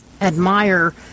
admire